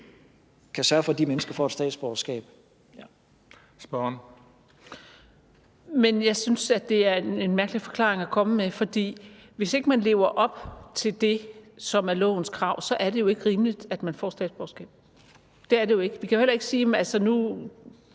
Spørgeren. Kl. 20:17 Marie Krarup (DF): Men jeg synes, at det er en mærkelig forklaring at komme med. For hvis ikke man lever op til det, som er lovens krav, så er det jo ikke rimeligt, at man får statsborgerskab. Det er det ikke. Vi kan jo heller ikke sige, at nu